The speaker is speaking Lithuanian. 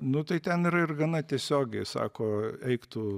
nu tai ten ir ir gana tiesiogiai sako eik tu